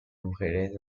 mujeres